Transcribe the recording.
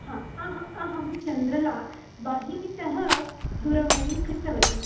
हा अ अहं चन्द्रला वाहिनीतः दूरवाणीं कृतवती